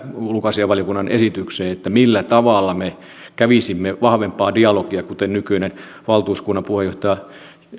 ulkoasiainvaliokunnan esitykseen siitä millä tavalla me kävisimme vahvempaa dialogia kuten nykyinen valtuuskunnan puheenjohtaja